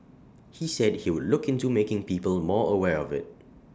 he said he would look into making people more aware of IT